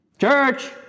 Church